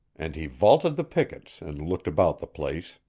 and he vaulted the pickets and looked about the place.